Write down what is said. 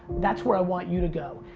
that's where i want you to go.